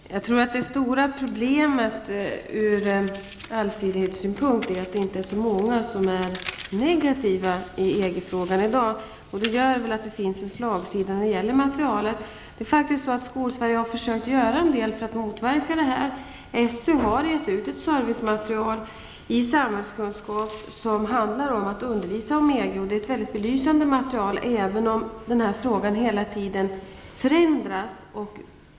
Fru talman! Jag tror att det stora problemet ur allsidighetssynpunkt är att det inte finns så många som är negativa i EG-frågan i dag. Det gör att det finns en slagsida när det gäller materialet. Skolsverige har faktiskt försökt att göra en del för att motverka detta. SÖ har gett ut servicematerial i samhällskunskap som handlar om att undervisa om EG. Det är ett mycket belysande material, även om den här frågan hela tiden förändras.